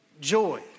joy